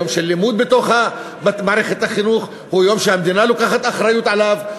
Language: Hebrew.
יום של לימוד בתוך מערכת החינוך ויום שהמדינה לוקחת אחריות עליו.